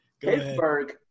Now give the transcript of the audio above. Pittsburgh